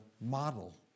model